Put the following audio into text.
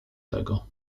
tego